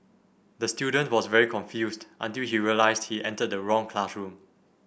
the student was very confused until he realised he entered the wrong classroom